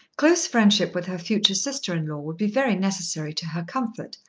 close friendship with her future sister-in-law would be very necessary to her comfort,